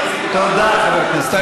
תודה, חבר הכנסת פורר.